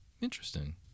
Interesting